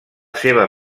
seva